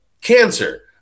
cancer